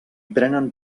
prenen